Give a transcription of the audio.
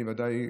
אני ודאי,